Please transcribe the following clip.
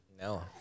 no